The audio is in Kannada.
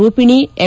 ರೂಪಿಣಿ ಎಂ